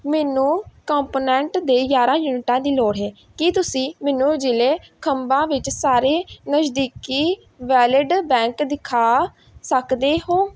ਮੈਨੂੰ ਕੰਪੋਨੈਂਟ ਦੇ ਗਿਆਰਾਂ ਯੂਨਿਟਾਂ ਦੀ ਲੋੜ ਹੈ ਕੀ ਤੁਸੀਂ ਮੈਨੂੰ ਜ਼ਿਲ੍ਹੇ ਚੰਬਾ ਵਿੱਚ ਸਾਰੇ ਨਜ਼ਦੀਕੀ ਬੈਲਿੱਡ ਬੈਂਕ ਦਿਖਾ ਸਕਦੇ ਹੋ